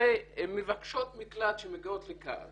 הרי מבקשות מקלט שמגיעות לכאן